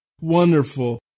wonderful